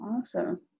Awesome